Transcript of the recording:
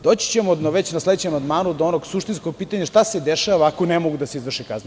Doći ćemo već na sledećem amandmanu do onog suštinskog pitanja, šta se dešava ako ne mogu da se izvrše kazne?